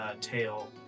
tail